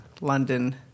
London